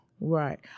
Right